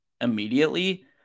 immediately